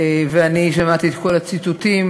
אני שמעתי את כל הציטוטים,